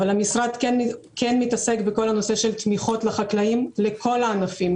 אבל המשרד כן מתעסק בנושא של תמיכות לחקלאים לכל הענפים,